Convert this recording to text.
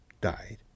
died